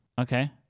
Okay